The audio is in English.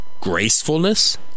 gracefulness